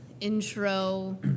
intro